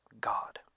God